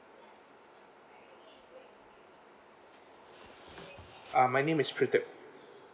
uh my name is pradeep